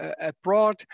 abroad